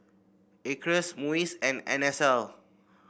Acres MUIS and N S L